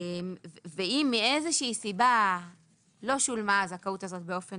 ואם מאיזה שהיא סיבה לא שולמה הזכאות הזאת באופן